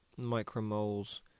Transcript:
micromoles